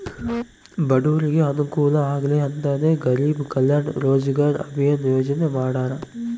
ಬಡೂರಿಗೆ ಅನುಕೂಲ ಆಗ್ಲಿ ಅಂತನೇ ಗರೀಬ್ ಕಲ್ಯಾಣ್ ರೋಜಗಾರ್ ಅಭಿಯನ್ ಯೋಜನೆ ಮಾಡಾರ